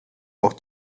auch